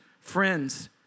friends